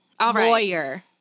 Lawyer